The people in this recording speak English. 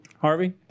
Harvey